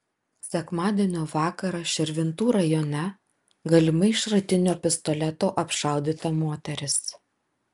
sekmadienio vakarą širvintų rajone galimai iš šratinio pistoleto apšaudyta moteris